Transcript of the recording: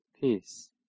peace